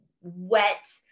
wet